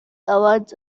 awards